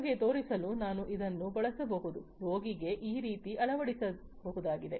ನಿಮಗೆ ತೋರಿಸಲು ನಾನು ಇದನ್ನು ಬಳಸಬಹುದು ರೋಗಿಗೆ ಈ ರೀತಿ ಅಳವಡಿಸಬಹುದಾಗಿದೆ